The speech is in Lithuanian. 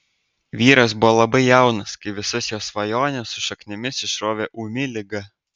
vyras buvo labai jaunas kai visas jo svajones su šaknimis išrovė ūmi liga